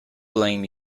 blame